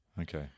Okay